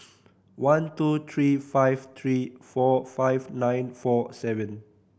one two three five three four five nine four seven